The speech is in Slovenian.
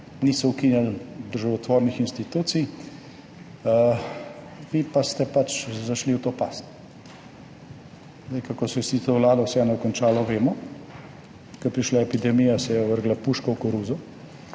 niso ukinjali državotvornih institucij. Vi ste pač zašli v to past. Kako se je s to vlado vseeno končalo, vemo. Ko je prišla epidemija, je vrgla puško v koruzo.